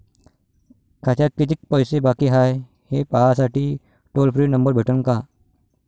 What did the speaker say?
खात्यात कितीकं पैसे बाकी हाय, हे पाहासाठी टोल फ्री नंबर भेटन का?